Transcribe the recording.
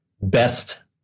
best